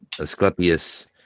Asclepius